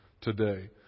today